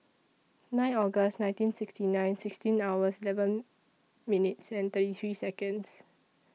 nine August nineteen sixty nine sixteen hours eleven minutes thirty three Seconds